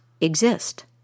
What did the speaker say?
exist